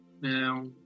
Now